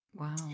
Wow